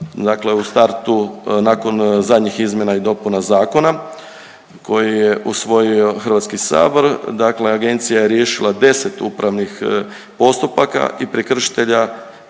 dakle u startu nakon zadnjih izmjena i dopuna zakona koji je usvojio HS, dakle agencija je riješila 10 upravnih postupaka i prekršiteljima